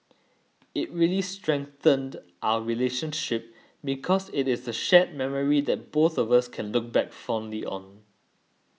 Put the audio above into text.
it really strengthened our relationship because it is a shared memory that both of us can look back fondly on